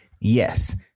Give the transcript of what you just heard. yes